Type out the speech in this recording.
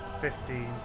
fifteen